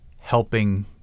helping